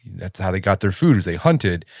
that's how they got their food is they hunted.